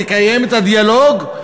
תקיים את הדיאלוג,